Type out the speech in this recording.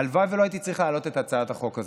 הלוואי שלא הייתי צריך להעלות את הצעת החוק הזאת.